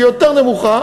היא יותר נמוכה,